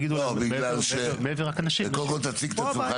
לא, קודם כל תציג את עצמך.